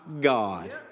God